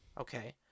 Okay